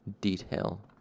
Detail